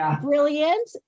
Brilliant